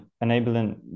enabling